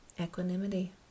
equanimity